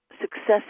success